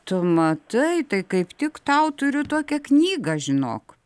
tu matai tai kaip tik tau turiu tokią knygą žinok